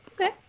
okay